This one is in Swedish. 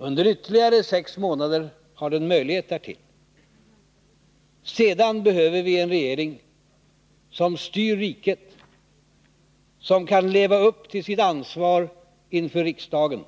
Under ytterligare sex månader har den möjlighet därtill. Sedan behöver vi en regering som styr riket, som kan leva upp till sitt ansvar inför riksdagen,